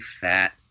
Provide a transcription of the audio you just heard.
fat